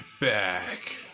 back